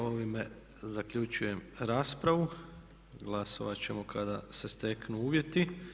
Ovime zaključujem raspravu, glasovat ćemo kada se steknu uvjeti.